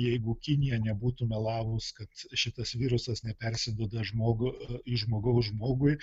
jeigu kinija nebūtų melavus kad šitas virusas nepersiduoda žmogų iš žmogaus žmogui